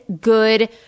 good